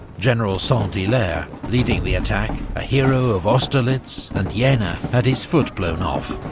general saint-hilaire, leading the attack, a hero of austerlitz and yeah jena, had his foot blown off,